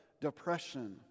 depression